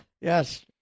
Yes